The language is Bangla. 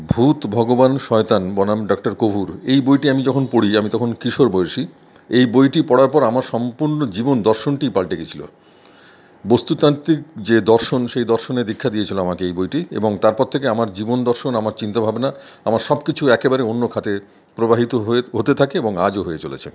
ভূত ভগবান শয়তান বনাম ডাক্তার কভুর এই বইটি আমি যখন পড়ি তখন আমি কিশোর বয়সি এই বইটি পড়ার পর আমার সম্পূর্ণ জীবন দর্শনটিই পাল্টে গেছিল বস্তুতান্ত্রিক যে দর্শন সেই দর্শনে দীক্ষা দিয়েছিল আমাকে এই বইটি এবং তারপর থেকে আমার জীবন দর্শন আমার চিন্তা ভাবনা আমার সবকিছু একেবারে অন্য খাতে প্রবাহিত হতে থাকে এবং আজও চলেছে